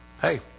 Hey